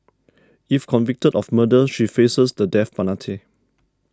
if convicted of murder she faces the death penalty